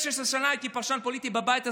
16 שנה הייתי פרשן פוליטי בבית הזה,